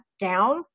down